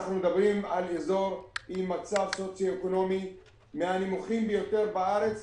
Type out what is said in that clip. אזור עם מצב סוציו-אקונומי מהנמוכים ביותר בארץ,